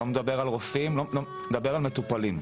לא מדבר על רופאים, מדבר על מטופלים.